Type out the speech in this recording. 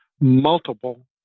multiple